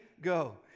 go